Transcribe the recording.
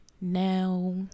Now